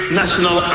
national